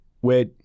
where-